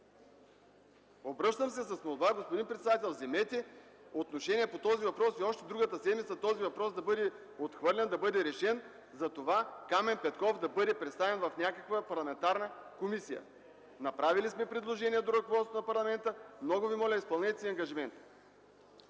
Обръщам се с молба: господин председател, вземете отношение по този въпрос и още другата седмица да бъде отхвърлен и решен, като Камен Петков бъде представен в някаква парламентарна комисия. Направили сме предложение до ръководството на парламента. Много Ви моля, изпълнете си ангажимента!